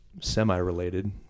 semi-related